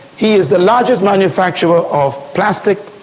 he is the largest manufacturer of plastic,